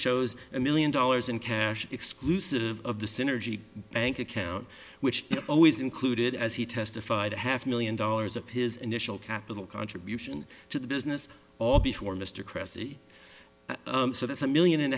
shows a million dollars in cash exclusive of the synergy bank account which always included as he testified a half million dollars of his initial capital contribution to the business all before mr cressy so that's a million and